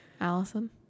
Allison